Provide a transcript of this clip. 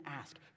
ask